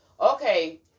Okay